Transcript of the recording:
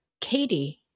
Katie